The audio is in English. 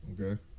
Okay